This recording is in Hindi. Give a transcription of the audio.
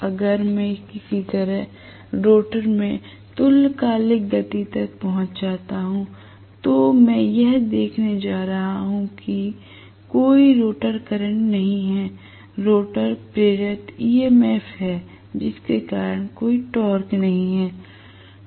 अगर मैं किसी तरह रोटर में तुल्यकालिक गति तक पहुंच जाता हूं तो मैं यह देखने जा रहा हूं कि कोई रोटर करंट नहीं है रोटर प्रेरित ईएमएफ है जिसके कारण कोई टॉर्क नहीं है